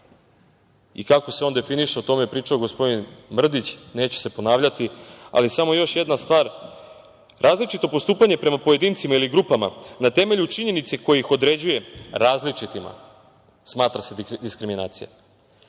i kako se on definiše, o tome je pričao gospodin Mrdić, neću se ponavljati, ali samo još jedna stvar. Različito postupanje prema pojedincima ili grupama na temelju činjenice koja ih određuje različitima smatra se diskriminacijom. Ovde